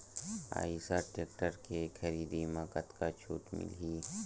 Eicher tractor के खरीदी म कतका छूट मिलही?